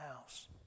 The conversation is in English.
house